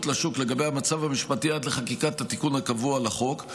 לגבי המצב המשפטי עד חקיקת התיקון הקבוע לחוק,